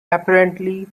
apparently